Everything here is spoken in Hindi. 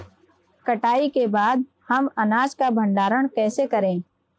कटाई के बाद हम अनाज का भंडारण कैसे करें?